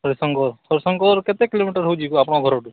ଶଶାଙ୍କ ଶଶାଙ୍କ ଘର କେତେ କିଲୋମିଟର୍ ହେଉଛି ଆପଣଙ୍କ ଘରଠୁ